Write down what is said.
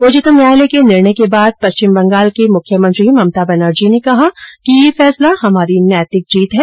उच्चतम न्यायालय के निर्णय के बाद पश्चिम बंगाल की मुख्यमंत्री ममता बेनर्जी ने कहा कि यह फैसला हमारी नैतिक जीत है